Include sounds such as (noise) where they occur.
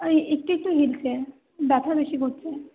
একটু একটু (unintelligible) ব্যাথা বেশি করছে